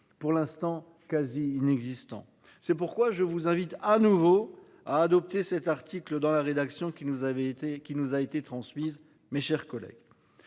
pour l'instant quasi inexistant. C'est pourquoi je vous invite à nouveau à adopter cet article dans la rédaction qui nous avait été qui nous a été transmise. Mes chers collègues.